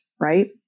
Right